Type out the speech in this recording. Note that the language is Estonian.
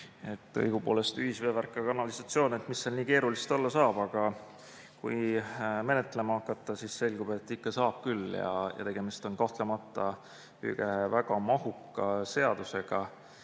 Õigupoolest, ühisveevärk ja -kanalisatsioon – mis seal nii keerulist olla saab? Aga kui menetlema hakata, siis selgub, et ikka saab küll. Tegemist on kahtlemata väga mahuka seadusega,